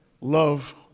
love